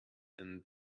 and